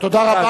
תודה רבה.